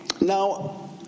Now